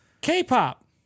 K-pop